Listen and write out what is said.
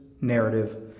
narrative